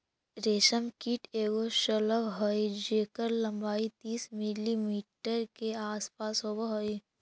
रेशम कीट एगो शलभ हई जेकर लंबाई तीस मिलीमीटर के आसपास होब हई